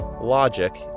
Logic